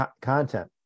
content